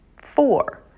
Four